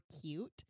cute